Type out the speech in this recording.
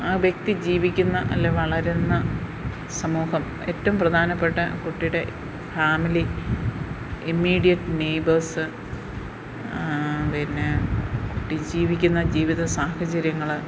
ആ വ്യക്തി ജീവിക്കുന്ന അല്ലേ വളരുന്ന സമൂഹം ഏറ്റോം പ്രധാനപ്പെട്ട കുട്ടീടെ ഫാമിലി ഇമ്മീഡിയറ്റ് നൈബേസ് പിന്നെ കുട്ടി ജീവിക്കുന്ന ജീവിത സാഹചര്യങ്ങൾ